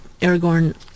Aragorn